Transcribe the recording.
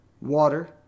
water